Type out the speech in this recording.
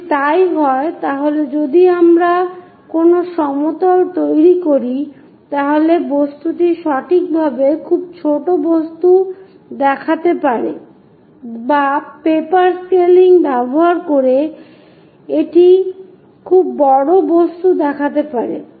যদি তাই হয় তাহলে যদি আমরা কোন সমতল তৈরি করি তাহলে বস্তুটি সঠিকভাবে খুব ছোট বস্তু দেখাতে পারে বা প্রপার স্কেলিং ব্যবহার করে এটি খুব বড় বস্তু দেখাতে পারে